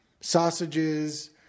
sausages